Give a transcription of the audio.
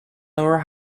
lower